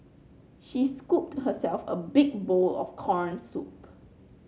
she scooped herself a big bowl of corn soup